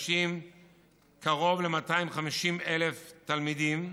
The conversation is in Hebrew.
למפגשים קרוב ל-250,000 תלמידים,